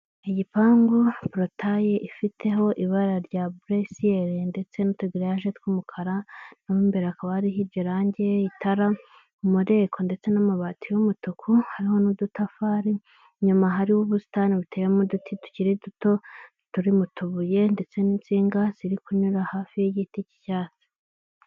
Igipangu porotaye ifiteho ibara rya buresiyeri ndetse n'utugiriyaje tw'umukara, no mu imbere hakaba hariho iryo range itara, umureko ndetse n'amabati y'umutuku hariho n'udutafari. Inyuma hariho ubusitani buteyemo uduti tukiri duto turi mu tubuye ndetse n'insinga ziri kunyura hafi y'igiti cy'icyatsi.